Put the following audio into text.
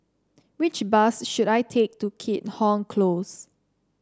which bus should I take to Keat Hong Close